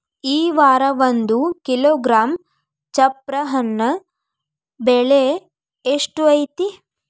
ಈ ವಾರ ಒಂದು ಕಿಲೋಗ್ರಾಂ ಚಪ್ರ ಹಣ್ಣ ಬೆಲೆ ಎಷ್ಟು ಐತಿ?